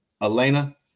Elena